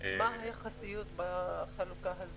מה היחסיות בחלוקה?